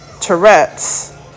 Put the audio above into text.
Tourette's